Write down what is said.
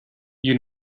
you